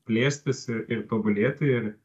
plėstis i ir tobulėti ir